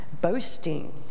boasting